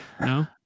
no